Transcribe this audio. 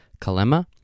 Kalema